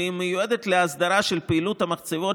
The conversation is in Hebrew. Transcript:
והיא מיועדת להסדרה של פעילות המחצבות